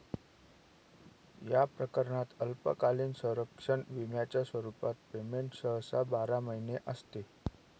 या प्रकरणात अल्पकालीन संरक्षण विम्याच्या स्वरूपात पेमेंट सहसा बारा महिने असते